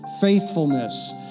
faithfulness